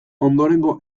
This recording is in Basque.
ondorengo